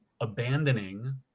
abandoning